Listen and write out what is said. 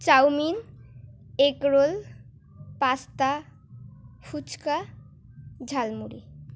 chowmein egg roll pasta fuchka jhalmuri